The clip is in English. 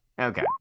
Okay